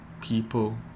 people